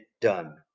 done